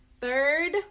third